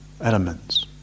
Elements